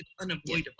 unavoidable